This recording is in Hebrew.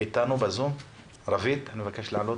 שלום רב ליושב-ראש הוועדה הנכבד,